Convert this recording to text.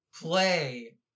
play